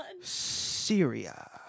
Syria